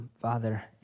Father